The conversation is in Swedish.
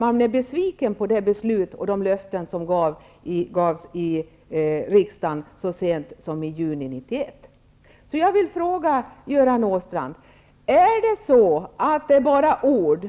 Man är besviken mot bakgrund av beslutet och de löften som gavs i riksdagen så sent som i juni 1991. Jag vill fråga Göran Åstrand: Är det bara ord